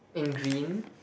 in green